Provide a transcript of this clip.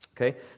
okay